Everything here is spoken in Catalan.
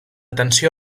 tensió